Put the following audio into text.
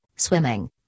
swimming